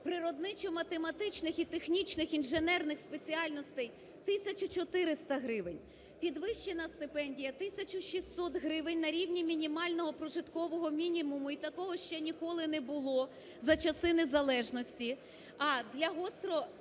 природничо-математичних і технічних, інженерних спеціальностей – 1,400 гривень. Підвищена стипендія – 1,600 гривень, на рівні мінімального прожиткового мінімуму. І такого ще ніколи не було за часи незалежності.